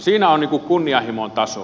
siinä on kunnianhimon tasoa